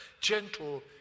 gentle